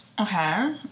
okay